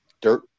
dirt